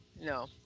No